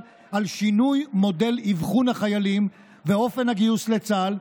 על שינוי מודל אבחון החיילים ואופן הגיוס לצה"ל,